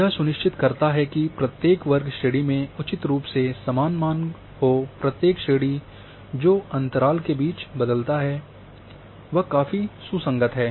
यह सुनिश्चित करता है कि प्रत्येक वर्ग श्रेणी में उचित रूप से समान मान हो प्रत्येक श्रेणी जो अंतराल के बीच बदलता है वह काफी सुसंगत है